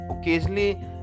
occasionally